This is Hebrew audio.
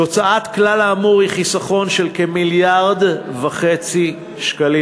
תוצאת כלל האמור היא חיסכון של כמיליארד וחצי שקלים,